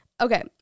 Okay